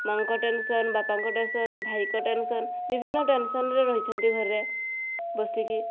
ମା ଙ୍କ ଟେନସନ୍ ବାପା ଙ୍କ ଟେନସନ୍ ଭାଇଙ୍କ ଟେନସନ୍ ବିଭିନ୍ନ ଟେନସନ୍ରେ ରହିଛନ୍ତି ଘରେ ବସିକି